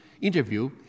interview